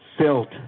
Silt